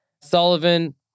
Sullivan